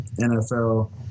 NFL